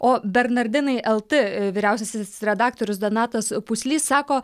o bernardinai el t vyriausiasis redaktorius donatas puslys sako